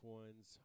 ones